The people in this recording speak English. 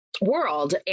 world